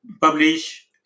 publish